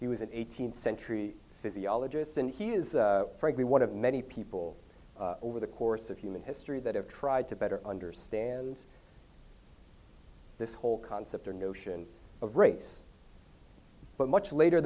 he was an eighteenth century physiologist and he is frankly one of many people over the course of human history that have tried to better understand this whole concept or notion of race but much later